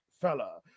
fella